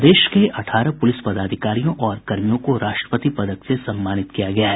प्रदेश के अठारह पुलिस पदाधिकारियों और कर्मियों को राष्ट्रपति पदक से सम्मानित किया गया है